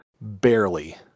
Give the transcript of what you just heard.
barely